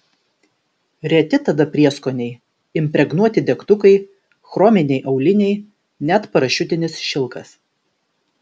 reti tada prieskoniai impregnuoti degtukai chrominiai auliniai net parašiutinis šilkas